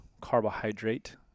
carbohydrate